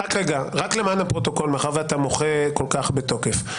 רק למען הפרוטוקול, מאחר ואתה מוחה כל כך בתוקף.